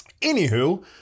Anywho